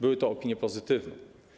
Były to opinie pozytywne.